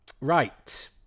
right